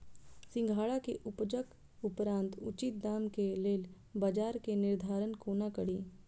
सिंघाड़ा केँ उपजक उपरांत उचित दाम केँ लेल बजार केँ निर्धारण कोना कड़ी?